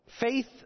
Faith